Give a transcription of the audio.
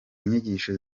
nyigisho